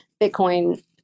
bitcoin